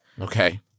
Okay